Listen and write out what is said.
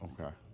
Okay